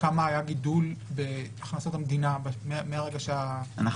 כמה היה הגידול בהכנסות המדינה מהרגע שהחוק נכנס לתוקף?